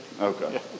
Okay